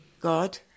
God